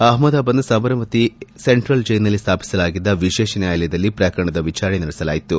ಅಹ್ಲದಾಬಾದ್ನ Sabarmati central ಜೈಲ್ನಲ್ಲಿ ಸ್ಥಾಪಿಸಲಾಗಿದ್ದ ವಿಶೇಷ ನ್ಯಾಯಾಲದಲ್ಲಿ ಪ್ರಕರಣದ ವಿಚಾರಣೆ ನಡೆಸಲಾಯಿತು